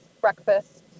breakfast